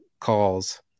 calls